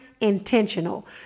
intentional